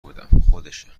بودم، خودشه